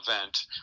event